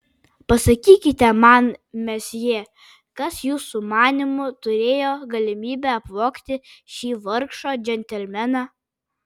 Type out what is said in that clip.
pasakykite man mesjė kas jūsų manymu turėjo galimybę apvogti šį vargšą džentelmeną